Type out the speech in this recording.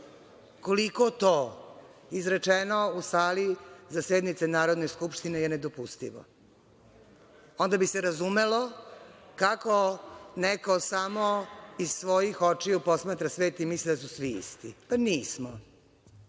koliko to izrečeno u sali za sednicom Narodne skupštine je nedopustivo. Onda bi se razumelo kako neko samo iz svojih očiju posmatra svet i misli da su svi isti. Pa,